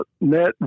net